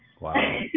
Wow